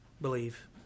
believe